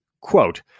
Quote